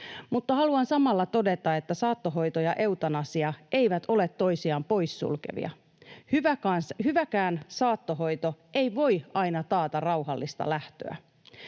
Mutta haluan samalla todeta, että saattohoito ja eutanasia eivät ole toisiaan poissulkevia. Hyväkään saattohoito ei voi aina taata rauhallista lähtöä.